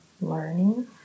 learning